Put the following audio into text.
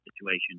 situation